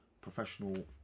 professional